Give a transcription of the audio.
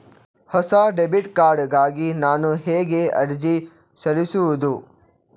ಹೊಸ debit card ಗಾಗಿ ನಾನು ಹೇಗೆ ಅರ್ಜಿ ಸಲ್ಲಿಸುವುದು?